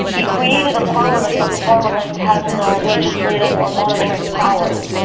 he created a parliament, but the parliament has no legislative or monitoring powers.